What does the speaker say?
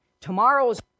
Tomorrow's